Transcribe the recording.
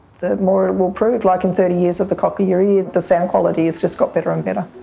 the more it will improve. like in thirty years of the cochlear ear, the sound quality has just got better and better.